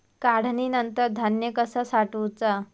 काढणीनंतर धान्य कसा साठवुचा?